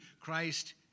Christ